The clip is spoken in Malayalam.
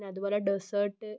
പിന്നെ അതുപോലെ ഡെസ്സേർട്ട്